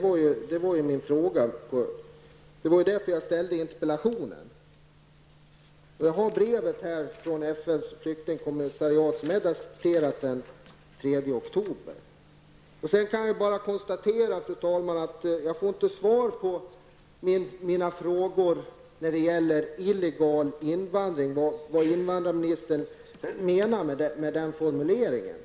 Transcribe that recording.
Jag har här brevet från FNs flyktingkommissariat som är daterat den 3 Vidare kan jag bara konstatera, fru talman, att jag inte får svar på mina frågor om illegal invandring och vad invandrarministern menar med den formuleringen.